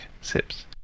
sips